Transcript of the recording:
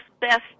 best